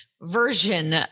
version